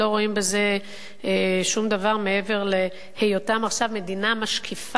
בזה שום דבר מעבר להיותם עכשיו מדינה משקיפה,